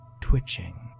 twitching